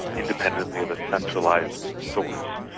independently of a centralised source.